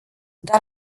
dar